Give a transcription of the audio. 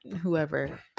whoever